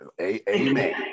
Amen